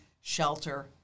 shelter